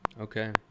Okay